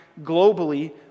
globally